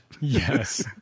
Yes